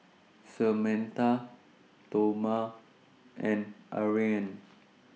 Samatha Toma and Ariane